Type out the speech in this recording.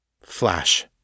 Flash